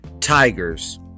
Tigers